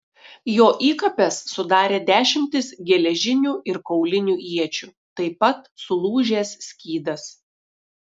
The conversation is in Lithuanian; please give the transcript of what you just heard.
jo įkapes sudarė dešimtis geležinių ir kaulinių iečių taip pat sulūžęs skydas